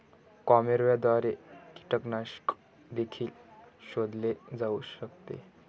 कॅमेऱ्याद्वारे कीटकनाशक देखील शोधले जाऊ शकते